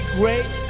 great